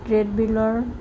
ট্ৰেডমিলৰ